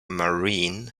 maureen